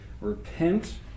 repent